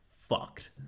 fucked